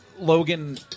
Logan